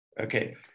Okay